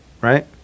right